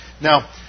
Now